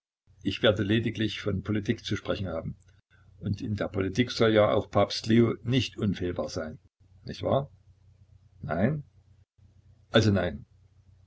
ich werde lediglich von politik zu sprechen haben und in der politik soll ja auch papst leo nicht unfehlbar sein nicht wahr nein also nein